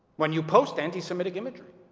when you post anti-semitic imagery.